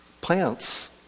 Plants